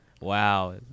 Wow